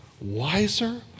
wiser